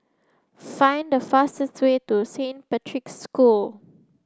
find the fastest way to Saint Patrick's School